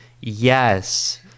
yes